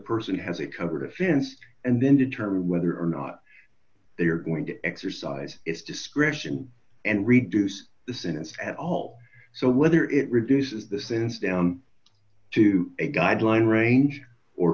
person has a covered offense and then determine whether or not they are going to exercise its discretion and reduce the sentence at all so whether it reduces the sense down to a guideline range or